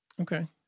Okay